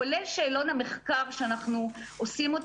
כולל שאלון המחקר שאנחנו עושים אותו.